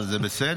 אבל זה בסדר,